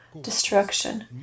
destruction